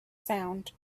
sound